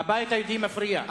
הבית היהודי מפריע.